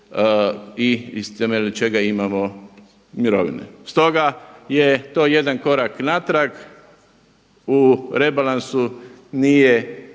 i na temelju čega imamo mirovine. Stoga je to jedan korak natrag u rebalansu, nije ispoštovano